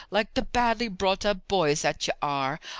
like the badly brought up boys that ye are.